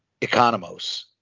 Economos